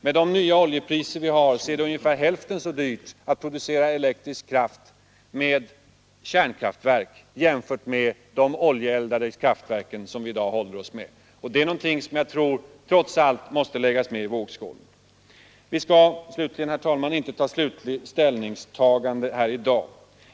Med de nya oljepriser vi har är det ungefär hälften så dyrt att producera elektrisk kraft i kärnkraftverk jämfört med de oljeeldade kraftverken som vi i dag håller oss med. Det är något som jag trots allt tror måste läggas med i vågskålen. Vi skall inte ta slutlig ställning här i dag.